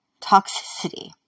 toxicity